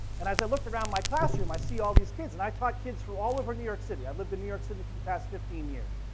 and as i looked around my classroom, i see all these kids and i taught kids from all over new york city. i lived in new york city for the past fifteen years.